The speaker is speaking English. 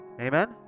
Amen